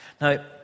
Now